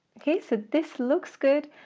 okay, so this looks good,